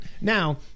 Now